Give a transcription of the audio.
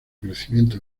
crecimiento